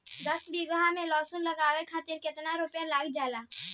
दस बीघा में लहसुन उगावे खातिर केतना रुपया लग जाले?